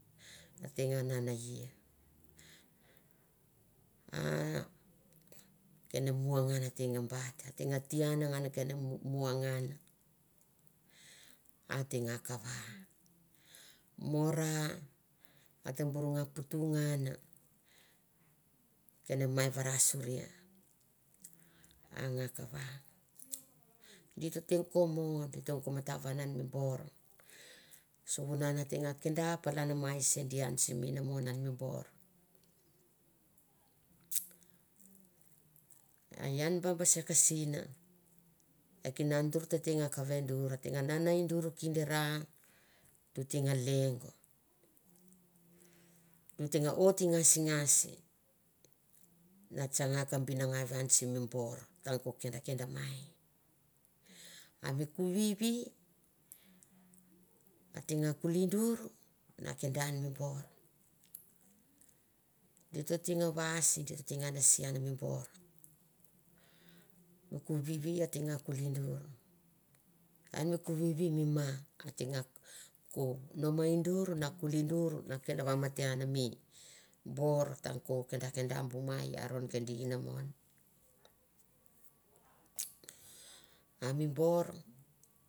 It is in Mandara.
A te nane ia a kena mua ateng nga bat ate nga tian kana mua ngan ate nga kava. Mo ra ate bor nga kena kana mua ngan ate mai varasuri a nga kava di to te ko non di tong ko matavan an mi bor. sivunan a te nga kenda palan mai se di on sim inamon an mi bor. A ian bu baser kasin e kina dur te nga kava dur nga oit te ngasingas na tsanga ka binangau an simi bor tang ko kenda kenda mai. A mi kuvivi a te nga kuli dur na kenda an mi bor di to te nga kulidur. an mi kuvivi mi ma a te nga ko nome dur na kul dur na kuli dur na kendvamate mi bor tang ko kenda kenda bu mai i aron kendi inamon a mi bor